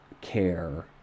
care